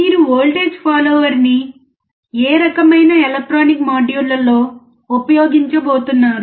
మీరు వోల్టేజ్ ఫాలోవర్ని ఏ రకమైన ఎలక్ట్రానిక్ మాడ్యూళ్ళలో ఉపయోగించబోతున్నారు